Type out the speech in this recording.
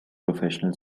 professional